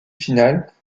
finales